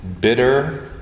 bitter